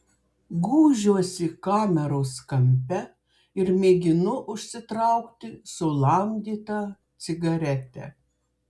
gūžiuosi kameros kampe ir mėginu užsitraukti sulamdytą cigaretę